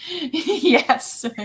yes